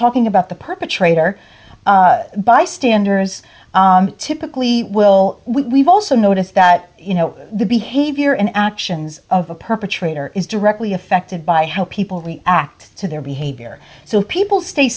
talking about the perpetrator bystanders typically will we've also noticed that you know the behavior and actions of a perpetrator is directly affected by how people act to their behavior so people stay